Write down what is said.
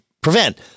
prevent